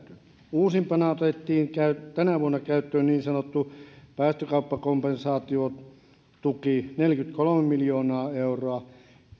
uusimpana otettiin tänä vuonna käyttöön niin sanottu päästökauppakompensaatiotuki neljäkymmentäkolme miljoonaa euroa